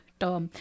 term